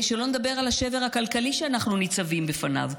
שלא נדבר על השבר הכלכלי שאנחנו ניצבים בפניו,